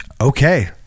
okay